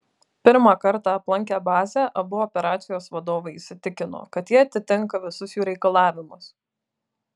pirmą kartą aplankę bazę abu operacijos vadovai įsitikino kad ji atitinka visus jų reikalavimus